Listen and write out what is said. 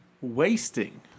wasting